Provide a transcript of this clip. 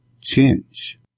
change